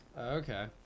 Okay